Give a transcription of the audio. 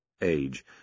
age